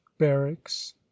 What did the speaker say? barracks